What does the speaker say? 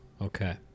Okay